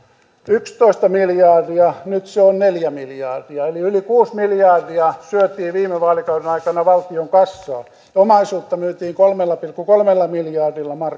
yksitoista miljardia nyt se on neljä miljardia eli yli kuusi miljardia syötiin viime vaalikauden aikana valtion kassaa omaisuutta myytiin kolmella pilkku kolmella miljardilla